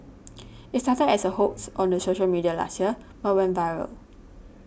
it started as a hoax on the social media last year but went viral